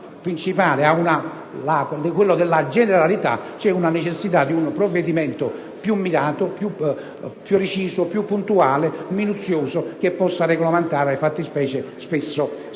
la necessità di un provvedimento più mirato, più preciso, più puntuale e minuzioso, che possa regolamentare fattispecie spesso difficili.